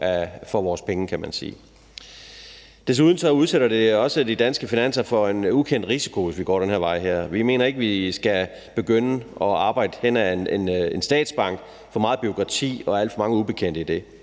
for vores penge, kan man sige. Desuden udsætter det også de danske finanser for en ukendt risiko, hvis vi går den her vej. Vi mener ikke, at vi skal begynde at arbejde hen imod en statsbank. Der er for meget bureaukrati og alt for mange ubekendte i det.